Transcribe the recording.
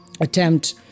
attempt